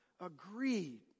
agreed